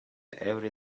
every